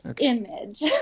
Image